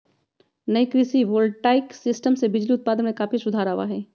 नई कृषि voltaic system से बिजली उत्पादन में काफी सुधार आवा हई